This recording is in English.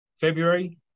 February